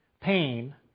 pain